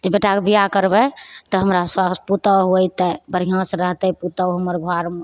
तऽ बेटाक बिआह करबै तऽ हमरा सासू पुतहु अइतै बढ़िआँसँ रहतै पुतहु हमर घरमे